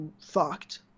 fucked